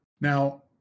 Now